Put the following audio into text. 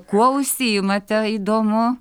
kuo užsiimate įdomu